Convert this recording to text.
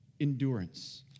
endurance